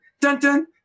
dun-dun